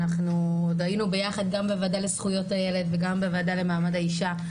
אנחנו עוד היינו ביחד גם בוועדה לזכויות הילד וגם בוועדה למעמד האישה.